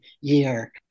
year